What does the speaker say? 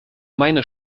meiner